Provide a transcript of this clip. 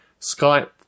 Skype